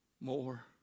more